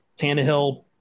Tannehill